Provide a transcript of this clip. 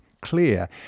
clear